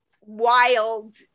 wild